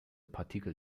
partikel